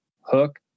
hook